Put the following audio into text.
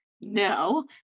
No